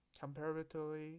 comparatively